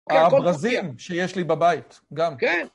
הברזים שיש לי בבית, גם כן.